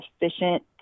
efficient